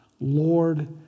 Lord